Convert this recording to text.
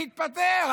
תתפטר.